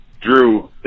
Drew